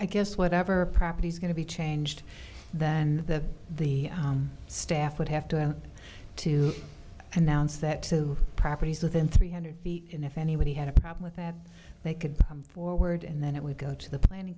i guess whatever properties going to be changed than that the staff would have to go to announce that to properties within three hundred feet and if anybody had a problem with that they could come forward and then it would go to the planning